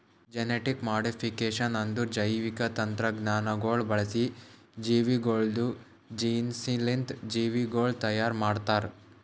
genetic modification ಅಂದುರ್ ಜೈವಿಕ ತಂತ್ರಜ್ಞಾನಗೊಳ್ ಬಳಸಿ ಜೀವಿಗೊಳ್ದು ಜೀನ್ಸ್ಲಿಂತ್ ಜೀವಿಗೊಳ್ ತೈಯಾರ್ ಮಾಡ್ತಾರ್